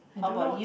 I don't know what